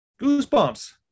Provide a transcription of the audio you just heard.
Goosebumps